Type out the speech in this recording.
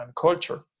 culture